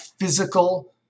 physical